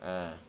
ah